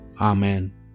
Amen